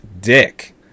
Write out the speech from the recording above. Dick